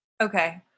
Okay